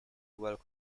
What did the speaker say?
well